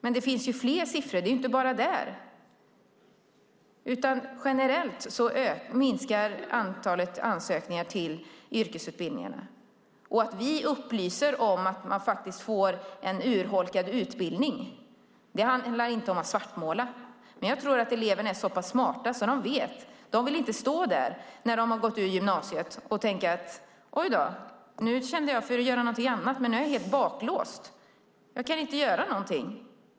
Men det finns fler siffror. Det är inte bara där det är så, utan antalet ansökningar till yrkesutbildningarna minskar generellt. Att vi upplyser om att man faktiskt får en urholkad utbildning handlar inte om att svartmåla. Jag tror att eleverna är så pass smarta att de vet detta. De vill inte stå där när de har gått ur gymnasiet och tänka: Oj, nu känner jag för att göra någonting annat, men nu är jag helt bakbunden. Jag kan inte göra någonting.